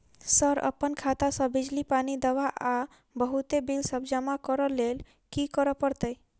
Sir अप्पन खाता सऽ बिजली, पानि, दवा आ बहुते बिल सब जमा करऽ लैल की करऽ परतै?